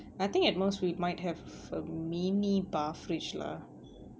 I think at most we might have a mini bar fridge lah